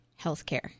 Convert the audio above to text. healthcare